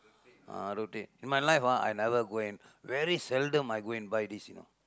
ah rotate in my life ah I never go and very seldom I go and buy this you know